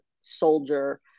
soldier